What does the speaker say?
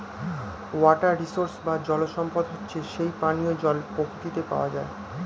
water resource বা জল সম্পদ হচ্ছে যেই পানিও জল প্রকৃতিতে পাওয়া যায়